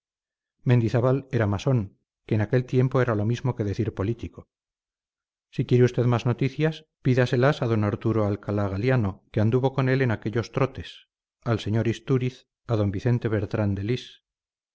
mendizábal era masón que en aquel tiempo era lo mismo que decir político si quiere usted más noticias pídaselas a d arturo alcalá galiano que anduvo con él en aquellos trotes al sr istúriz a d vicente bertrán de